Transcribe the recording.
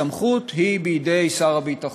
הסמכות היא בידי שר הביטחון,